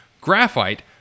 graphite